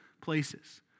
places